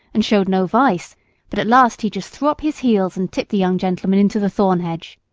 and showed no vice but at last he just threw up his heels and tipped the young gentleman into the thorn hedge.